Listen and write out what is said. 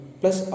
plus